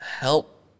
help